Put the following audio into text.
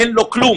אין לו כלום.